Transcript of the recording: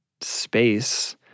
space